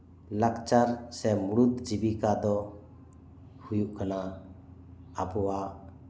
ᱞᱟᱠᱪᱟᱨ ᱥᱮ ᱢᱩᱲᱩᱫ ᱡᱤᱵᱤᱠᱟ ᱫᱚ ᱦᱩᱭᱩᱜ ᱠᱟᱱᱟ ᱟᱵᱚᱣᱟᱜ